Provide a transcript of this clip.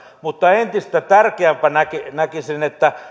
mutta entistä tärkeämpänä näkisin näkisin että